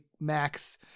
Max